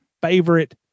favorite